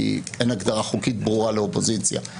כי אין הגדרה חוקית ברורה לאופוזיציה.